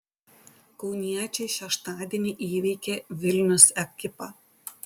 kauniečiai šeštadienį įveikė vilnius ekipą